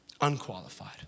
Unqualified